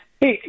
Hey